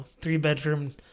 three-bedroom